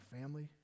family